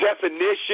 definition